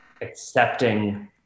accepting